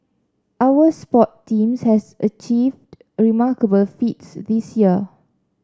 our sports teams have achieved remarkable feats this year